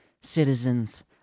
citizens